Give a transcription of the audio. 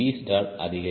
Vstall அதிகரிக்கும்